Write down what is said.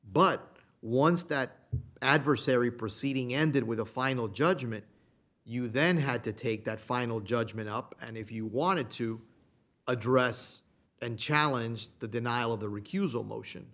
but once that adversary proceeding ended with a final judgment you then had to take that final judgment up and if you wanted to address and challenge the denial of the